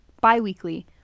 bi-weekly